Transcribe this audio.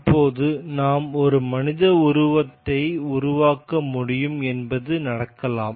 இப்போது நாம் ஒரு மனித உருவத்தை உருவாக்க முடியும் என்பதும் நடக்கலாம்